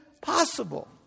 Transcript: possible